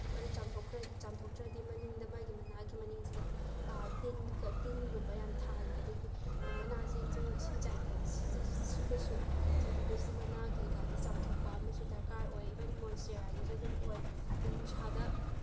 ꯑꯗꯨ ꯆꯥꯝꯊꯣꯛꯇ꯭ꯔꯗꯤ ꯃꯅꯤꯡꯗ ꯃꯥꯒꯤ ꯃꯅꯥꯒꯤ ꯃꯅꯤꯡꯁꯤꯗ ꯇꯤꯟꯒ ꯇꯤꯟꯒꯨꯝꯕ ꯌꯥꯝ ꯊꯥꯡꯉꯦ ꯑꯗꯨꯒꯤ ꯃꯅꯥꯁꯤꯁꯨ ꯏꯁꯤꯡ ꯆꯥꯏꯕꯁꯤꯗꯁꯨ ꯆꯥꯏꯕꯤꯕꯁꯤ ꯃꯅꯥ ꯀꯩꯀꯥꯁꯤ ꯆꯥꯝꯊꯣꯛꯄ ꯑꯃꯁꯨ ꯗꯔꯀꯥꯔ ꯑꯣꯏ ꯏꯚꯟ ꯃꯣꯟꯁꯇꯦꯔꯥꯒꯤꯁꯨ ꯑꯗꯨꯝ ꯑꯣꯏ ꯅꯨꯡꯁꯥꯗ